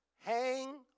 hang